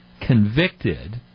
convicted